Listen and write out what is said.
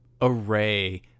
array